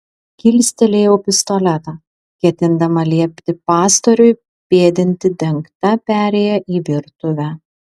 kilstelėjau pistoletą ketindama liepti pastoriui pėdinti dengta perėja į virtuvę